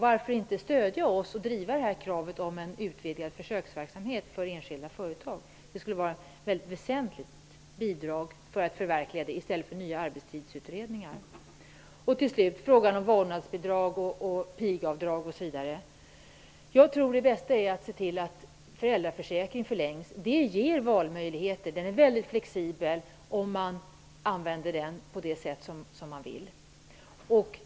Varför inte stödja oss och driva kravet om en utvidgad försöksverksamhet för enskilda företag? Detta, till skillnad från nya arbetstidsutredningar, skulle vara ett väsentligt bidrag till att förverkliga en förkortad arbetstid. När det gäller vårdnadsbidrag och pigavdrag vill jag säga att jag tror att det bästa är att föräldraförsäkringen förlängs. Det ger valmöjligheter. Den är mycket flexibel. Man kan använda den på det sätt som man själv vill.